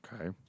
Okay